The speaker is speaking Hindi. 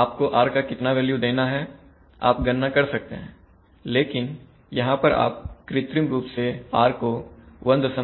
आपको r का कितना वैल्यू देना है आप गणना कर सकते हैं लेकिन यहां आप कृत्रिम रूप से r को 11